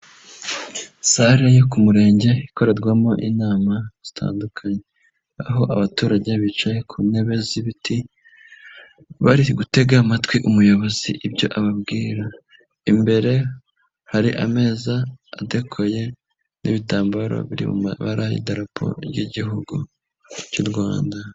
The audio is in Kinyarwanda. Sale yo ku murenge ikorerwamo inama zitandukanye, aho abaturage bicaye ku ntebe z'ibiti bari gutega amatwi umuyobozi ibyo ababwira, imbere hari ameza adekoye n'ibitambaro biri mu mabara y'idarapo ry'igihugu cy'u Rwanda.